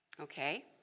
okay